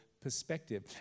perspective